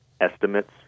estimates